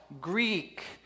Greek